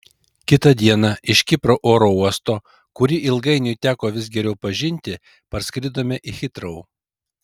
kitą dieną iš kipro oro uosto kurį ilgainiui teko vis geriau pažinti parskridome į hitrou